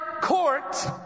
court